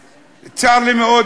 וצר לי מאוד,